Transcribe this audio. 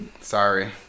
sorry